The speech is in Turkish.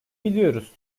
biliyoruz